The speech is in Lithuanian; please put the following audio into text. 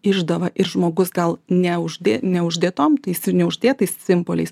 išdavą ir žmogus gal ne uždė neuždėtom tai jis ir neuždėtais simboliais